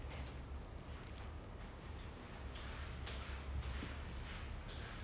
but like the dude thing is like a tamil like a how to say an indian movie thing lah